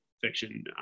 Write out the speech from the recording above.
fiction